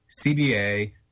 CBA